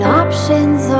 options